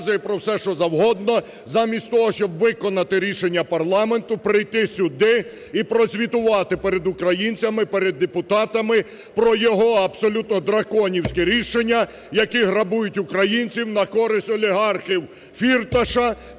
розказує про все, що завгодно, замість того, щоб виконати рішення парламенту, прийти сюди і прозвітувати перед українцями, перед депутатами про його абсолютно драконівське рішення, які грабують українців на користь олігархів, Фірташа